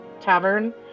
Tavern